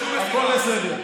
זה עובר כל גבול.